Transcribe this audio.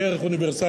שהיא ערך אוניברסלי,